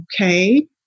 okay